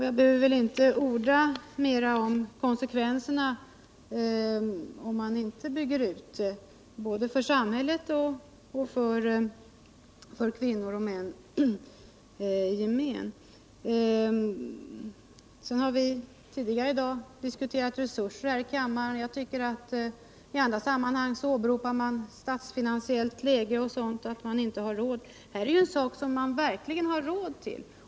Jag behöver väl inte orda mer om de konsekvenser som det kan bli, om man inte bygger ut verksamheten. Vi har tidigare i dag i kammaren diskuterat frågan om resurserna. I andra sammanhang åberopar man det statsfinansiella läget och säger att man inte har råd. Men här gäller det en sak som man verkligen har råd till.